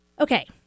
Okay